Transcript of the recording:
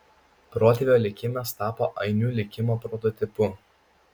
protėvio likimas tapo ainių likimo prototipu